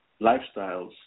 lifestyles